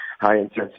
high-intensity